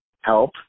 help